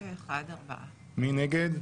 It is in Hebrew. מי נגד?